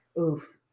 Oof